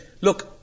look